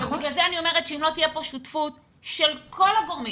לכן אני אומרת שאם לא תהיה כאן שותפות של כל הגורמים,